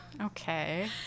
Okay